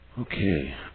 Okay